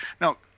Now